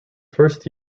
first